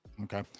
Okay